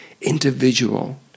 individual